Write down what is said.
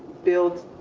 build